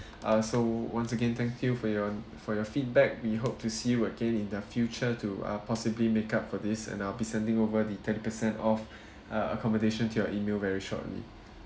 uh so once again thank you for your for your feedback we hope to see you again in the future to uh possibly make up for this and I'll be sending over the thirty per cent off uh accommodation to your email very shortly